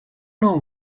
know